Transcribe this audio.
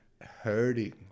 hurting